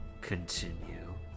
Continue